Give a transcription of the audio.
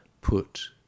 put